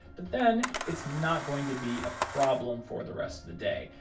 but then it's not going to be a problem for the rest of the day.